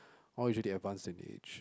all usually advance in age